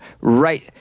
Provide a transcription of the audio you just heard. right